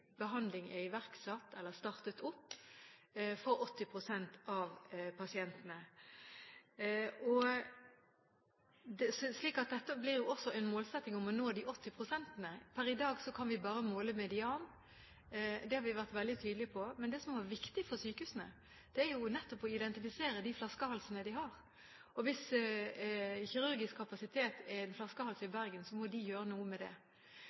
behandling er iverksatt eller startet opp, for 80 pst. av pasientene. Så dette blir jo også en målsetting om å nå de 80 prosentene. Per i dag kan vi bare måle median, det har vi vært veldig tydelige på. Men det som er viktig for sykehusene, er nettopp å identifisere de flaskehalsene de har. Hvis kirurgisk kapasitet er en flaskehals i Bergen, må de gjøre noe med det,